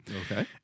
Okay